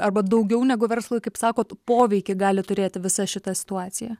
arba daugiau negu verslui kaip sakot poveikį gali turėti visa šita situacija